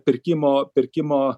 pirkimo pirkimo